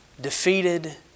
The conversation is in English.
defeated